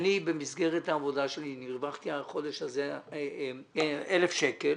שהוא במסגרת העבודה שלו הרוויח 1,000 שקלים